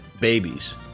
babies